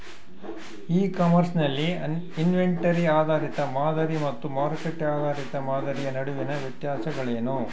E commerce ನಲ್ಲಿ inventory ಆಧಾರಿತ ಮಾದರಿ ಮತ್ತು ಮಾರುಕಟ್ಟೆ ಆಧಾರಿತ ಮಾದರಿಯ ನಡುವಿನ ವ್ಯತ್ಯಾಸಗಳೇನು?